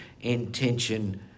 Intention